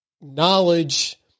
knowledge